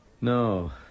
No